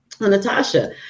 natasha